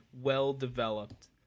well-developed